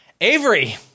avery